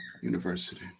university